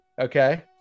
Okay